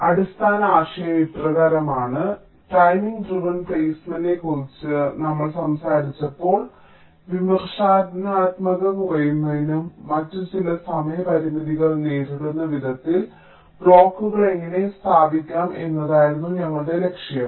അതിനാൽ അടിസ്ഥാന ആശയം ഇപ്രകാരമാണ് ടൈമിംഗ് ഡ്രെവൻ പ്ലെയ്സ്മെന്റിനെക്കുറിച്ച് ഞങ്ങൾ സംസാരിച്ചപ്പോൾ വിമർശനാത്മകത കുറയുന്നതിനും മറ്റും ചില സമയ പരിമിതികൾ നേരിടുന്ന വിധത്തിൽ ബ്ലോക്കുകൾ എങ്ങനെ സ്ഥാപിക്കാം എന്നതായിരുന്നു ഞങ്ങളുടെ ലക്ഷ്യം